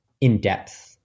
in-depth